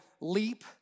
leap